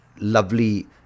lovely